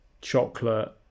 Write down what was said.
chocolate